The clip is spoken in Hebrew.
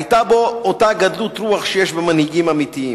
היתה בו אותה גדלות רוח שיש במנהיגים אמיתיים,